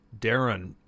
Darren